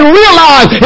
realize